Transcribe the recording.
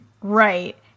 right